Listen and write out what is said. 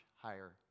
higher